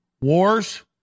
Wars